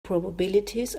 probabilities